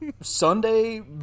Sunday